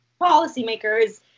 policymakers